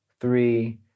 three